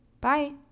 Bye